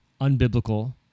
unbiblical